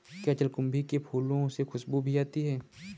क्या जलकुंभी के फूलों से खुशबू भी आती है